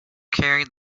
carried